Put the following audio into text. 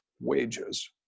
wages